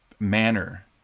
Manner